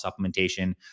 supplementation